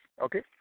Okay